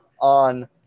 on